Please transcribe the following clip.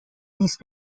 نیس